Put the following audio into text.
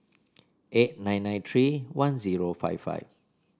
eight nine nine three one zero five five